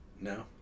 No